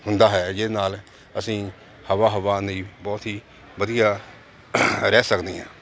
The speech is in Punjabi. ਹੁੰਦਾ ਹੈ ਜਿਹਦੇ ਨਾਲ ਅਸੀਂ ਹਵਾ ਹਵਾ ਦੀ ਬਹੁਤ ਹੀ ਵਧੀਆ ਰਹਿ ਸਕਦੇ ਹਾਂ